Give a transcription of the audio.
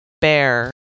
bear